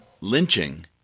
lynching